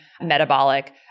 metabolic